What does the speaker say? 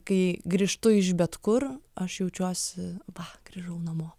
kai grįžtu iš bet kur aš jaučiuosi va grįžau namo